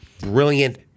brilliant